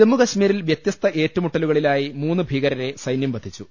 ജമ്മു കശ്മീരിൽ വ്യത്യസ്ത ഏറ്റുമുട്ടലുകളിലായി മൂന്ന് ഭീക രരെ സൈന്യം വധിച്ചു